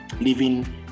living